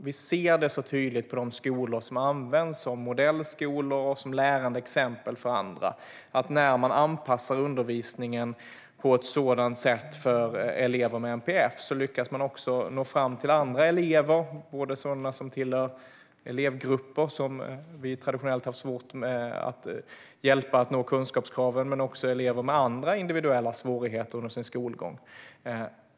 Vi ser tydligt på de skolor som används som modellskolor och som lärande exempel för andra att när man på ett sådant sätt anpassar undervisningen för elever med NPF lyckas man också nå fram till andra elever, både sådana som tillhör elevgrupper som vi traditionellt har svårt att hjälpa att uppnå kunskapskraven och elever med andra individuella svårigheter under sin skolgång.